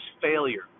failure